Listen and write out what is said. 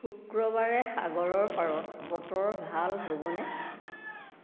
শুক্ৰবাৰে সাগৰৰ পাৰত বতৰ ভাল হ'বনে